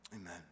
Amen